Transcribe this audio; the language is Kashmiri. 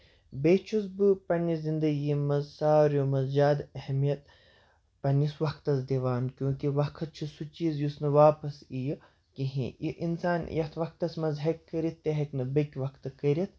بیٚیہِ چھُس بہٕ پَنٕنہِ زِنٛدگی منٛز سارویو منٛز زیادٕ اہمیت پَنٕنِس وقتَس دِوان کیوں کہِ وقت چھُ سُہ چیٖز یُس نہٕ واپَس یِیہِ کِہیٖنٛۍ یہِ اِنسان یَتھ وقتَس منٛز ہیٚکہِ کٔرِتھ تہِ ہیٚکہِ نہٕ بیٚکہِ وَقتہٕ کٔرِتھ